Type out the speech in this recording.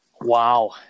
Wow